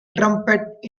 trumpet